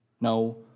No